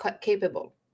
capable